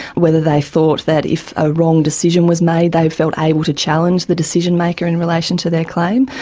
whether they thought that if a wrong decision was made they felt able to challenge the decision maker in relation to their claim,